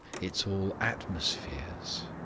it's all atmospheres.